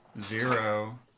Zero